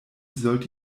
sollte